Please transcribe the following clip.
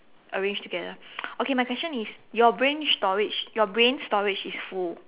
arranged together okay my question is your brain storage your brain storage is full